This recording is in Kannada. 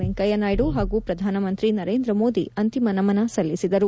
ವೆಂಕಯ್ತ ನಾಯ್ದು ಹಾಗೂ ಪ್ರಧಾನಮಂತ್ರಿ ನರೇಂದ್ರ ಮೋದಿ ಅಂತಿಮ ನಮನ ಸಲ್ಲಿಸಿದರು